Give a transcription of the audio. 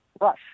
Rush